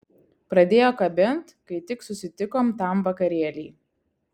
pradėjo kabint kai tik susitikom tam vakarėly